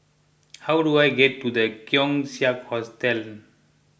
how do I get to the Keong Saik Hotel